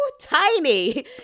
tiny